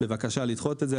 ובקשה לדחות את זה.